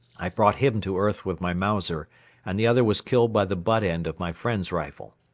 i brought him to earth with my mauser and the other was killed by the butt end of my friend's rifle.